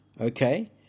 Okay